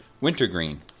Wintergreen